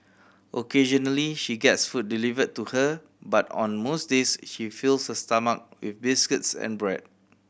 occasionally she gets food delivered to her but on most days she fills her stomach with biscuits and bread